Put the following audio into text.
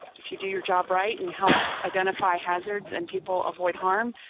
if you do your job right and help identify hazards and people avoid harm,